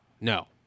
No